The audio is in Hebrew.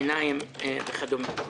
עיניים וכדומה.